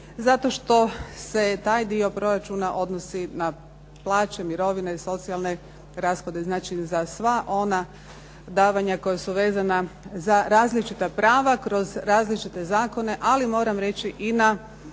zato što se taj dio proračuna odnosi na plaće, mirovine, socijalne rashode. Znači, za sva ona davanja koja su vezana za različita prava kroz različite zakone, ali moram reći i na